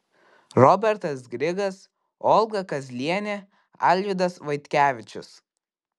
robertas grigas olga kazlienė alvydas vaitkevičius